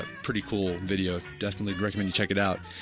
ah pretty cool video, definitely recommend to check it out.